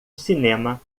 cinema